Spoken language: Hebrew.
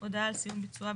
הודעה על סיום ביצועה,